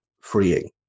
freeing